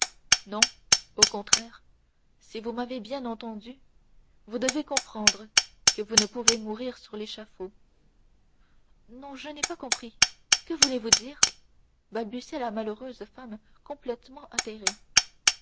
non au contraire si vous m'avez bien entendu vous devez comprendre que vous ne pouvez mourir sur l'échafaud non je n'ai pas compris que voulez-vous dire balbutia la malheureuse femme complètement atterrée